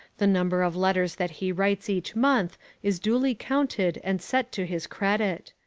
the number of letters that he writes each month is duly counted and set to his credit.